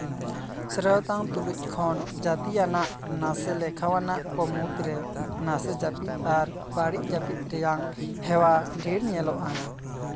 ᱥᱨᱮᱛᱟᱱ ᱛᱩᱞᱩᱪ ᱠᱷᱚᱱ ᱡᱟᱹᱛᱤ ᱟᱱᱟᱜ ᱥᱮ ᱞᱮᱠᱷᱟᱱ ᱟᱱᱟᱜ ᱠᱚ ᱢᱩᱫᱽᱨᱮ ᱱᱟᱥᱮ ᱡᱟᱹᱯᱤᱫ ᱟᱨ ᱵᱟᱹᱲᱤᱡ ᱡᱟᱹᱯᱤᱫ ᱨᱮᱭᱟᱜ ᱦᱮᱣᱟ ᱰᱷᱮᱨ ᱧᱮᱞᱚᱜᱼᱟ